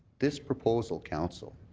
this proposal, council,